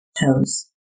toes